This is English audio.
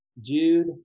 Jude